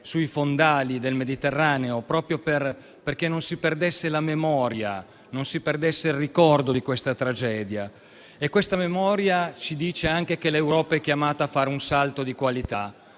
sui fondali del Mediterraneo proprio perché non si perdessero la memoria e il ricordo di quella tragedia. Questa memoria ci dice anche che l'Europa è chiamata a fare un salto di qualità,